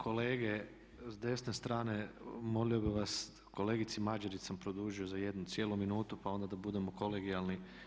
Kolege s desne strane molio bih vas kolegici Mađerić sam produžio za jednu cijelu minutu, pa onda da budemo kolegijalni.